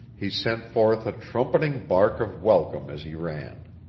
he sent forth a trumpeting bark of welcome as he ran.